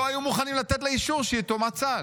לא היו מוכנים לתת לה אישור שהיא יתומת צה"ל,